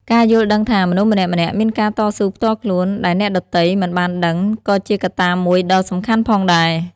ការយល់ដឹងថា មនុស្សម្នាក់ៗមានការតស៊ូផ្ទាល់ខ្លួនដែលអ្នកដទៃមិនបានដឹងក៏ជាកត្តាមួយដ៏សំខាន់ផងដែរ។